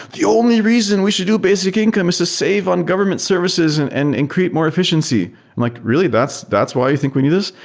the only reason we should do basic income is to save on government services and and and create more effi ciency. i'm like, really? that's that's why you think we need this?